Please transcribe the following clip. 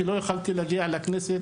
מה שמנע ממני להגיע לכנסת,